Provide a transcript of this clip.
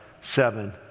seven